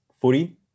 footy